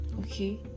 Okay